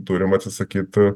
turim atsisakyt